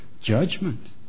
judgment